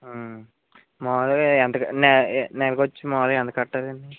మాములుగా ఎంత ఏ నెలకు వచ్చి మాములుగా ఎంత కట్టాలండి